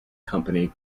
company